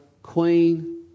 Queen